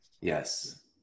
Yes